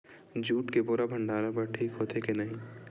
Jute के बोरा भंडारण बर ठीक होथे के नहीं?